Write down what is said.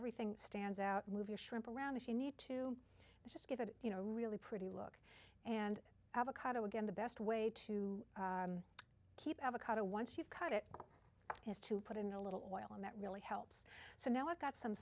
everything stands out move your shrimp around if you need to just give it you know a really pretty look and avocado again the best way to keep avocado once you've cut it is to put in a little oil and that really helps so now i've got some